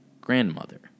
grandmother